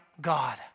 God